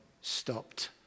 stopped